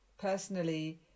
personally